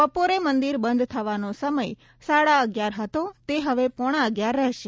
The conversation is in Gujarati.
બપોરે મંદિર બંધ થવાનો સમય સાડા અગિયાર હતો તે હવે પોણા અગિયાર રહેશે